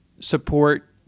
support